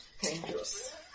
dangerous